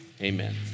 amen